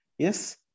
Yes